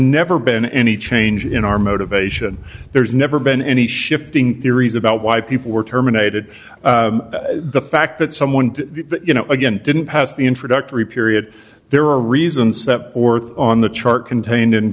never been any change in our motivation there's never been any shifting theories about why people were terminated the fact that someone you know again didn't pass the introductory period there are reasons that or on the chart contained in